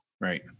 Right